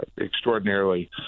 extraordinarily